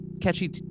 catchy